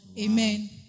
Amen